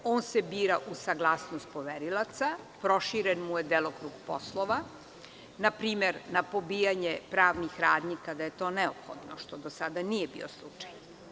On se bira uz saglasnost poverilaca, proširen mu je delokrug poslova, na primer, na pobijanje pravnih radnji kada je to neophodno, što do sada nije bio slučaj.